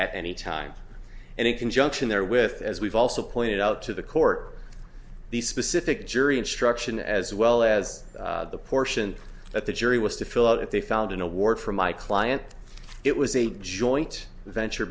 at any time and in conjunction there with as we've also pointed out to the court the specific jury instruction as well as the portion that the jury was to fill out if they found an award from my client it was a joint venture